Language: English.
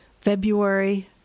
February